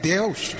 Deus